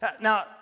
Now